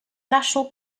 national